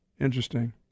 Interesting